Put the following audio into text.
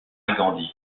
gandhi